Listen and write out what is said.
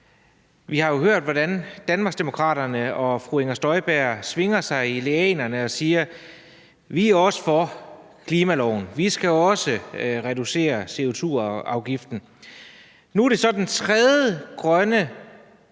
vi har hørt, hvordan Danmarksdemkraterne og fru Inger Støjberg svinger sig i lianerne og siger: Vi er også for klimaloven. Vi skal også reducere CO2-afgiften. Nu er det så den tredje grønne